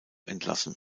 entlassen